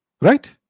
Right